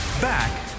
Back